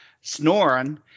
snoring